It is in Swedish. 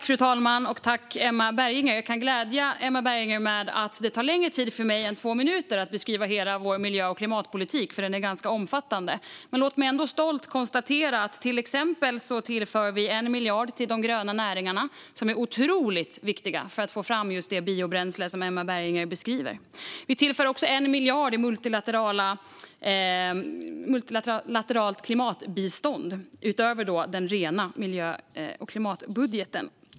Fru talman! Tack, Emma Berginger! Jag kan gläda Emma Berginger med att det tar längre tid än två minuter för mig att beskriva hela vår miljö och klimatpolitik, för den är ganska omfattande. Låt mig ändå stolt konstatera att vi till exempel tillför 1 miljard till de gröna näringarna, som är otroligt viktiga för att få fram det biobränsle som Emma Berginger beskrev. Vi tillför också 1 miljard i multilateralt klimatbistånd, utöver den rena miljö och klimatbudgeten.